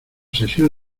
sesión